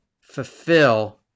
Fulfill